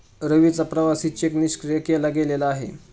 रवीचा प्रवासी चेक निष्क्रिय केला गेलेला आहे